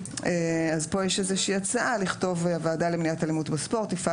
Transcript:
יש פה הצעה לכתוב: הוועדה למניעת אלימות בספורט תפעל